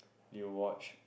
you watch